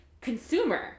consumer